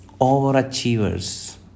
overachievers